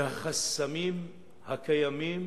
היא החסמים הקיימים